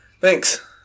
thanks